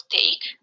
take